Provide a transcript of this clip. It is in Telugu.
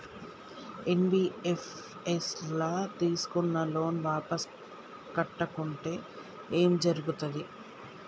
ఎన్.బి.ఎఫ్.ఎస్ ల తీస్కున్న లోన్ వాపస్ కట్టకుంటే ఏం జర్గుతది?